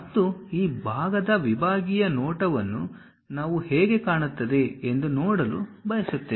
ಮತ್ತು ಈ ಭಾಗದ ವಿಭಾಗೀಯ ನೋಟವನ್ನು ನಾವು ಹೇಗೆ ಕಾಣುತ್ತದೆ ಎಂದು ನೋಡಲು ಬಯಸುತ್ತೇವೆ